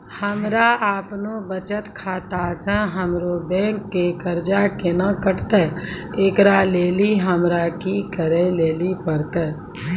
हमरा आपनौ बचत खाता से हमरौ बैंक के कर्जा केना कटतै ऐकरा लेली हमरा कि करै लेली परतै?